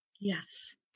Yes